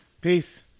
Peace